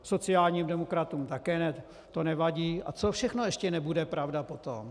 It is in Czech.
Sociálním demokratům také to nevadí, a co všechno ještě nebude pravda potom?